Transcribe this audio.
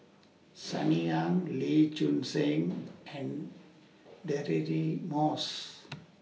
Sunny Ang Lee Choon Seng and Deirdre Moss